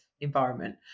environment